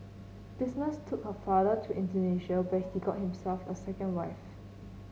business took her father to Indonesia where he got himself a second wife